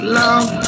love